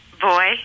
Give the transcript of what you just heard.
Boy